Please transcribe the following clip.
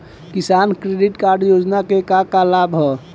किसान credit card योजना के का का लाभ ह?